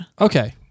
Okay